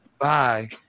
Bye